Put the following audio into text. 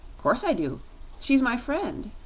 course i do she's my friend,